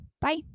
Bye